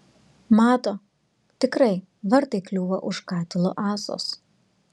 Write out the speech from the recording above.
mato tikrai vartai kliūva už katilo ąsos